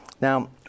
Now